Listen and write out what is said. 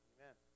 Amen